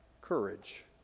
courage